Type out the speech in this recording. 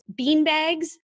beanbags